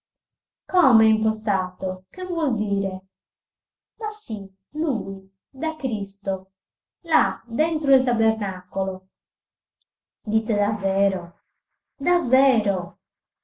come impostato che vuol dire ma sì lui da cristo là dentro il tabernacolo dite davvero davvero